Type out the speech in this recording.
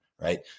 right